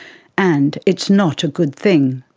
and it's not a good thing.